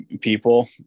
people